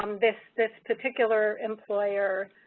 um this this particular employer